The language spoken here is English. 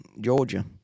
Georgia